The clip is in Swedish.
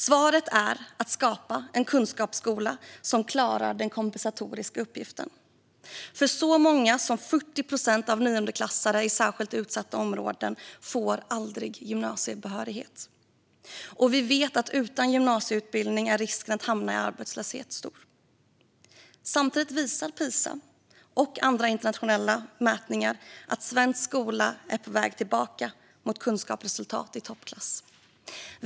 Svaret är att skapa en kunskapsskola som klarar den kompensatoriska uppgiften. Så många som 40 procent av niondeklassarna i särskilt utsatta områden får aldrig gymnasiebehörighet. Vi vet att utan gymnasieutbildning är risken att hamna i arbetslöshet stor. Samtidigt visar PISA och andra internationella mätningar att svensk skola nu är på väg tillbaka mot kunskapsresultat i toppklass.